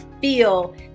feel